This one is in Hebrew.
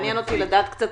מעניין אותי לדעת.